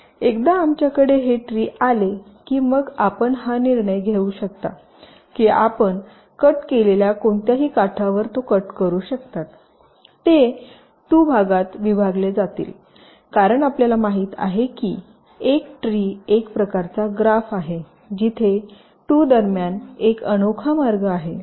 एकदा आमच्याकडे हे ट्री आले की मग आपण हा निर्णय घेऊ शकता की आपण कापलेल्या कोणत्याही काठावर तो कट करू शकता ते 2 भागात विभागले जाईल कारण आपल्याला माहित आहे की एक ट्री एक प्रकारचा ग्राफ आहे जिथे 2 दरम्यान एक अनोखा मार्ग आहे